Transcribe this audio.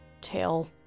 tail